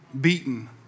beaten